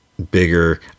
bigger